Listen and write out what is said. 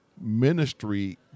ministry